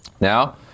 Now